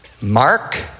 Mark